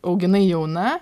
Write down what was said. auginai jauna